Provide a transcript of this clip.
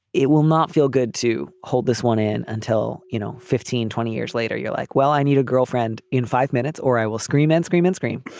it will not feel good to hold this one in until you know fifteen twenty years later you're like well i need a girlfriend in five minutes or i will scream and scream and scream